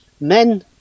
men